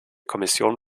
kommission